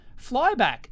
flyback